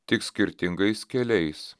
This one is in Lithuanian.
tik skirtingais keliais